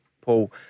Paul